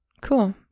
Cool